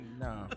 No